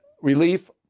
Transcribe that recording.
relief